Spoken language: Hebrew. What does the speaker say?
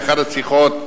באחת השיחות,